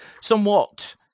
somewhat